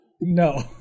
no